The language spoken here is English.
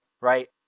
right